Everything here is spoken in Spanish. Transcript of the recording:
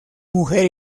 mujer